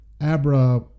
Abra